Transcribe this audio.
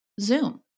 zoom